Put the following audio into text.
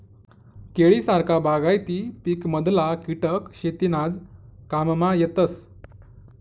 केळी सारखा बागायती पिकमधला किटक शेतीनाज काममा येतस